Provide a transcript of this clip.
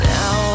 Now